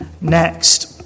next